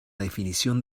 definición